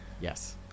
yes